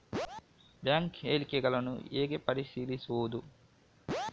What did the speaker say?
Bank ಹೇಳಿಕೆಯನ್ನು ಹೇಗೆ ಪರಿಶೀಲಿಸುವುದು?